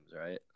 right